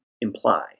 imply